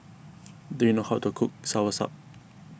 do you know how to cook Soursop